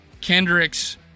Kendricks